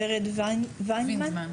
ורד וינדמן.